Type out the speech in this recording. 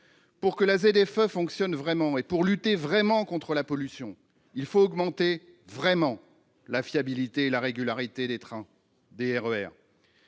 Pour que la ZFE fonctionne vraiment et pour lutter vraiment contre la pollution, il faut augmenter vraiment la fiabilité et la régularité des RER,